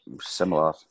similar